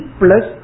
plus